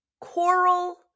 coral